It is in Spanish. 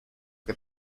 que